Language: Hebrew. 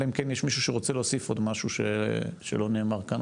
אלא אם כן יש מישהו שרוצה להוסיף עוד משהו שלא נאמר כאן,